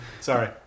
Sorry